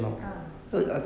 ah